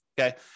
okay